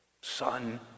Son